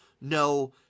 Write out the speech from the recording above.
No